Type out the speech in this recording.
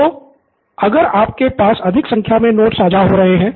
pro बाला तो अगर आपके पास अधिक संख्या में नोट्स साझा हो रहे हैं